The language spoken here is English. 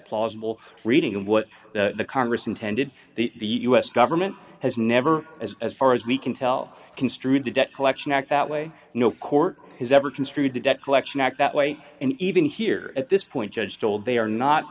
plausible reading of what the congress intended the u s government has never as as far as we can tell construed the debt collection act that way no court has ever construed the debt collection act that way and even here at this point judge told they are not